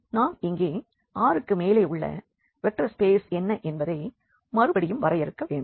நாம் இங்கே R க்கு மேலே உள்ள வெக்டர் ஸ்பேஸ் என்ன என்பதை மறுபடியும் வரையறுக்க வேண்டும்